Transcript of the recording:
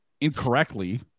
incorrectly